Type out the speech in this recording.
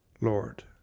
Lord